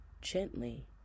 gently